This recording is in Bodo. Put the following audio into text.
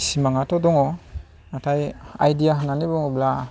सिमांआथ' दङ नाथाय आइडिया होननानै बुङोब्ला